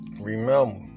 Remember